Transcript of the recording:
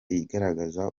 igaragaza